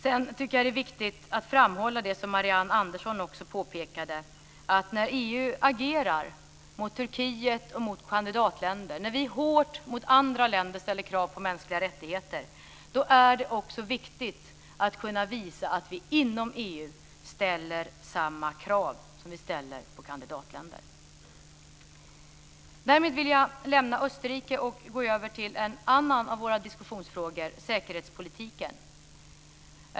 Sedan tycker jag att det är viktigt att framhålla det som Marianne Andersson också påpekade. När EU agerar mot Turkiet och mot kandidatländer och när vi ställer hårda krav på andra länder när det gäller mänskliga rättigheter är det viktigt att vi kan visa att vi ställer samma krav inom EU som vi ställer på kandidatländer. Därmed vill jag lämna Österrike och gå över till en annan av våra diskussionsfrågor: säkerhetspolitiken.